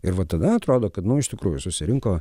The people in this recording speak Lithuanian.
ir vat tada atrodo kad iš tikrųjų susirinko